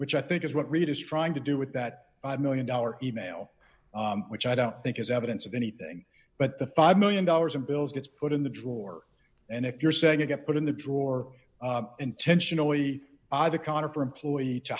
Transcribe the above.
which i think is what reid is trying to do with that one million dollar e mail which i don't think is evidence of anything but the five million dollars in bills gets put in the drawer and if you're saying you get put in the drawer intentionally either conifer employee to